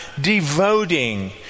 devoting